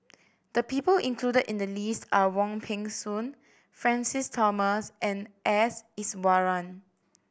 the people included in the list are Wong Peng Soon Francis Thomas and S Iswaran